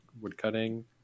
woodcutting